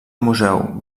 museu